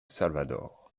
salvador